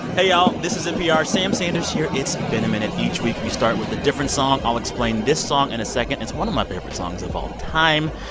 hey, y'all. this is npr's sam sanders here it's been a minute. each week, we start with a different song. i'll explain this song in a second. it's one of my favorite songs of all time.